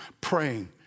praying